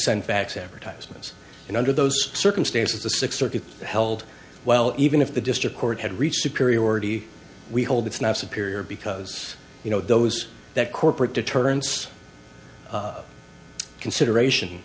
send fax advertisements and under those circumstances the sixth circuit held well even if the district court had reached superiority we hold that snaps a period because you know those that corporate deterrence consideration